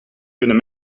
kunnen